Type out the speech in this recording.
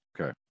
okay